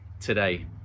today